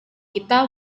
kita